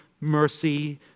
mercy